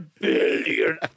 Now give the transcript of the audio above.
billion